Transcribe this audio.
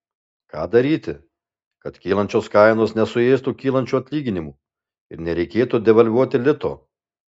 ką daryti kad kylančios kainos nesuėstų kylančių atlyginimų ir nereikėtų devalvuoti lito